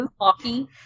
hockey